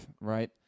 right